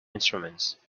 instruments